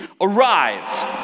arise